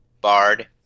bard